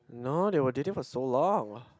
no they were dating for so long